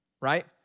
right